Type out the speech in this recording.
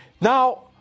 now